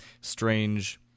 strange